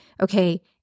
okay